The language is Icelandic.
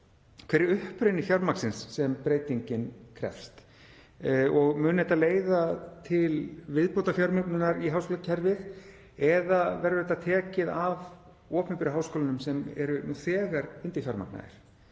Hver er uppruni fjármagnsins sem breytingin krefst? Mun þetta leiða til viðbótarfjármögnunar í háskólakerfið eða verður þetta tekið af opinberu háskólunum sem eru nú þegar undirfjármagnaðir?